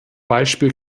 beispiel